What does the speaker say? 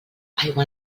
aigua